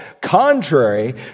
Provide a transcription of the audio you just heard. contrary